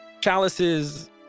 chalices